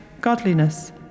godliness